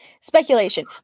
Speculation